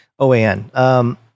OAN